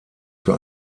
für